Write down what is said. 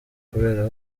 kubera